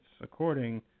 according